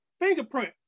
fingerprint